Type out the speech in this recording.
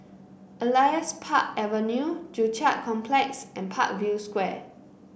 Elias Park Avenue Joo Chiat Complex and Parkview Square